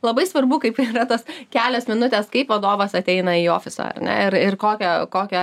labai svarbu kaip yra tas kelios minutės kaip vadovas ateina į ofisą ar ne ir ir kokią kokią